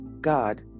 God